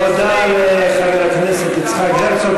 תודה לחבר הכנסת יצחק הרצוג,